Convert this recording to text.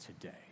today